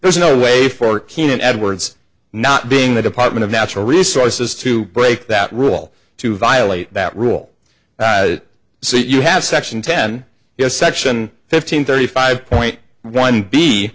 there's no way for canon edwards not being the department of natural resources to break that rule to violate that rule so you have section ten yes section fifteen thirty five point one b